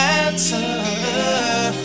answer